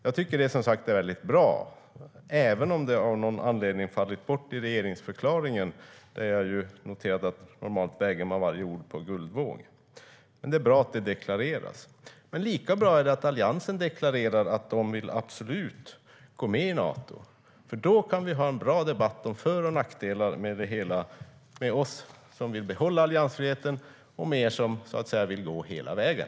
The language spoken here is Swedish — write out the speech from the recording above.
Jag tycker som sagt att detta är väldigt bra, även om det av någon anledning har fallit bort i regeringsförklaringen. Jag har ju noterat att där väger man varje ord på guldvåg. Men det är bra att det deklareras. Lika bra är det att Alliansen deklarerar att de absolut vill gå med i Nato, för då kan vi ha en bra debatt om för och nackdelar med det hela, mellan oss som vill behålla alliansfriheten och er som vill gå hela vägen.